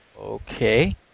okay